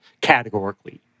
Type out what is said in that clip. categorically